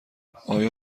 آیا